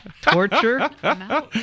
torture